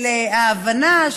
של ההבנה,